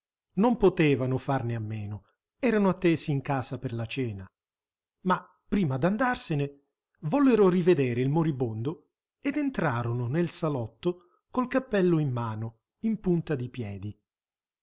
non potevano farne a meno erano attesi in casa per la cena ma prima d'andarsene vollero rivedere il moribondo ed entrarono nel salotto col cappello in mano in punta di piedi